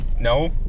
No